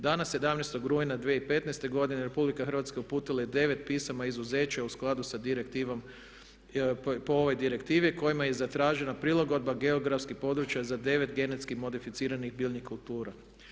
Dana 17.rujna 2015.godine RH uputila je 9 pismima izuzeće o skladu sa Direktivom po ovoj Direktivi kojima je zatraženo prilagodba geografski područja za 9 genetski modificiranih biljnih kultura.